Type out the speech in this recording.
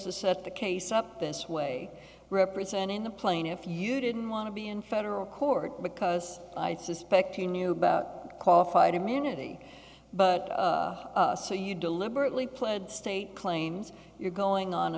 to set the case up this way representing the plane if you didn't want to be in federal court because i suspect you knew about qualified immunity but so you deliberately pled state claims you're going on a